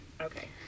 Okay